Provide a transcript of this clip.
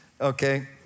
okay